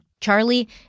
Charlie